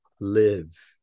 live